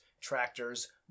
tractors